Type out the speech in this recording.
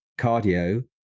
cardio